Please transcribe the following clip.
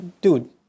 Dude